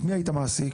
את מי היית מעסיק?